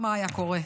מה היה קורה.